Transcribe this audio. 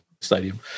stadium